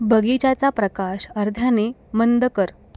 बगीच्याचा प्रकाश अर्ध्याने मंद कर